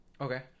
okay